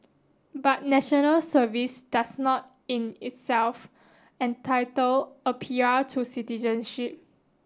but National Service does not in itself entitle a P R to citizenship